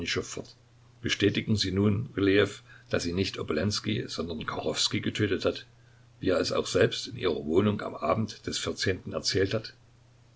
bestätigen sie nun rylejew daß ihn nicht obolenskij sondern kachowskij getötet hat wie er es auch selbst in ihrer wohnung am abend des vierzehnten erzählt hat